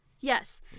yes